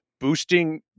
boosting